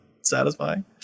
satisfying